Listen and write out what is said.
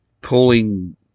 pulling